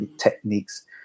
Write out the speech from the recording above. techniques